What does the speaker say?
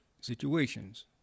situations